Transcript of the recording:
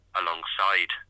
alongside